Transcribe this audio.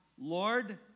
Lord